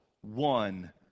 one